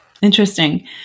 Interesting